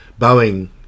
Boeing